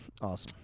Awesome